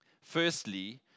Firstly